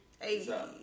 hey